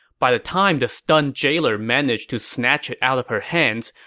by the time the stunned jailer managed to snatch it out of her hands,